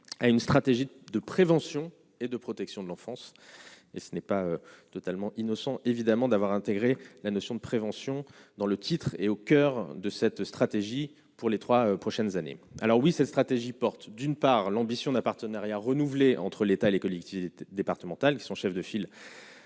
à une stratégie de prévention et de protection de l'enfance, et ce n'est pas totalement innocent évidemment d'avoir intégré la notion de prévention dans le titre est au coeur de cette stratégie, pour les 3 prochaines années, alors oui, cette stratégie porte, d'une part, l'ambition d'un partenariat renouvelé entre l'État, les collectivités départementales qui sont chef de file.